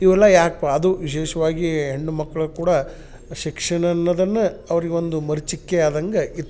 ಇವೆಲ್ಲ ಯಾಕಪ್ಪ ಅದೂ ವಿಶೇಷವಾಗಿ ಹೆಣ್ಣು ಮಕ್ಕಳು ಕೂಡ ಶಿಕ್ಷಣ ಅನ್ನೋದನ್ನ ಅವ್ರಿಗೆ ಒಂದು ಮರ್ಚಿಕೆ ಆದಂಗೆ ಇತ್ತು